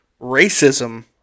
racism